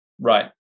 Right